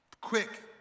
quick